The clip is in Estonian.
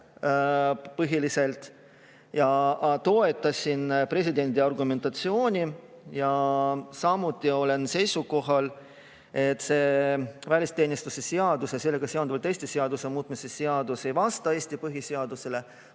mina ise. Ma toetasin presidendi argumentatsiooni ja samuti olen seisukohal, et välisteenistuse seaduse ja sellega seonduvalt teiste seaduste muutmise seadus ei vasta Eesti põhiseadusele.